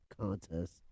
contest